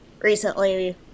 Recently